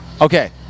Okay